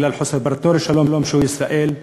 בגלל חוסר פרטנר לשלום שהוא ישראל,